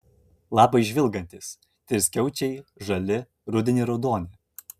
lapai žvilgantys triskiaučiai žali rudenį raudoni